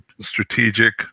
strategic